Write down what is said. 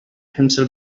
himself